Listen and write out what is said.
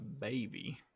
baby